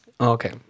Okay